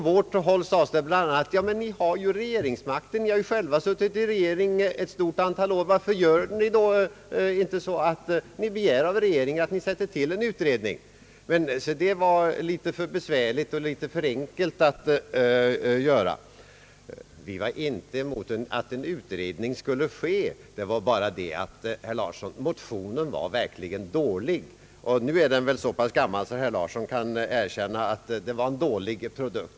Vi sade bl.a.: »Ni har ju själva haft regeringsmakten ett stort antal år, varför då inte begära av regeringen att den tillsätter en utredning?» Men se, det var litet för be svärligt — och kanske litet för enkelt — att göra. Vi var inte mot att en utredning skulle göras — det var bara det, herr Larsson, att motionen verkligen var dålig; och nu är den väl så pass gammal att herr Larsson kan erkänna att det var en dålig produkt.